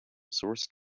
source